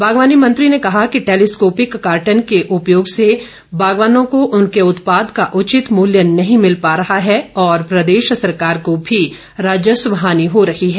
बागवानी मंत्री ने कहा कि टैलीस्कोपिक कार्टन के उपयोग से बागवानों को उनके उत्पाद का उचित मूल्य नहीं मिल पर रहा है और प्रदेश सरकार को भी राजस्व हानि हो रही है